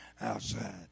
outside